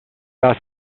das